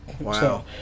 Wow